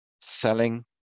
selling